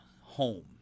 home